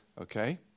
Okay